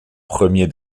premier